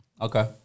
Okay